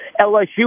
LSU